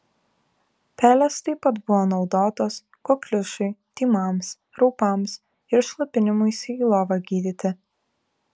pelės taip pat buvo naudotos kokliušui tymams raupams ir šlapinimuisi į lovą gydyti